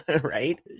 right